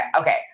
okay